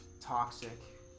toxic